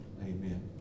Amen